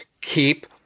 keep